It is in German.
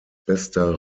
bester